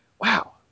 wow